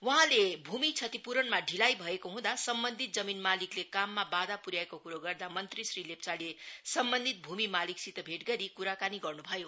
वहाँले भूमि क्षतिपूरणमा ढिलाई भएको हँदा सम्बन्धित जमीन मालिकले काममा वाधा प्र्याएको कुरो गर्दा मंत्री श्री लेप्चाले सम्बन्धित भूमि मालिकसित भेट गरी कुराकानी गर्नु भयो